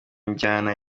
njyana